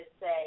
say